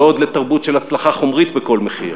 לא עוד תרבות של הצלחה חומרית בכל מחיר,